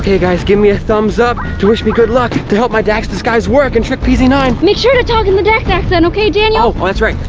guys, give me a thumbs up to wish me good luck, to help my dax disguise work, and trick p z nine! make sure to talk in the dax accent, okay, daniel right,